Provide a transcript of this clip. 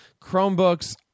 Chromebooks